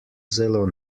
zelo